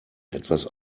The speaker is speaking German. etwas